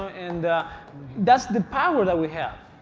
and that's the power that we have.